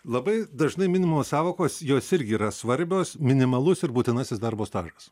labai dažnai minimos sąvokos jos irgi yra svarbios minimalus ir būtinasis darbo stažas